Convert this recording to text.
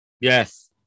Yes